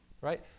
right